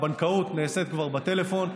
הבנקאות נעשית כבר בטלפון.